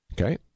Okay